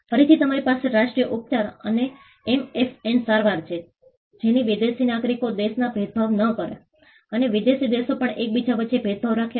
ફરીથી તમારી પાસે રાષ્ટ્રીય ઉપચાર અને એમએફએન સારવાર છે જેથી વિદેશી નાગરિકો દેશમાં ભેદભાવ ન કરે અને વિદેશી દેશો પણ એક બીજા વચ્ચે ભેદભાવ રાખતા નથી